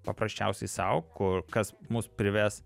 paprasčiausiai sau kur kas mus prives